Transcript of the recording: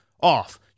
off